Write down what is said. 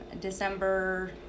December